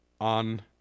on